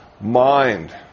mind